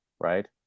right